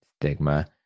stigma